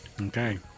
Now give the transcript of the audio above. Okay